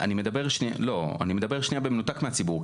אני מדבר שנייה במנותק מהציבור.